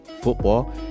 football